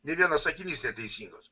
ne vienas sakinys neteisingas